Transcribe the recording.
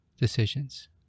decisions